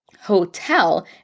hotel